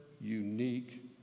unique